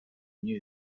knew